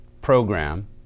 program